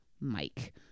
Mike